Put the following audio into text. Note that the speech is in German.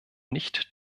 nicht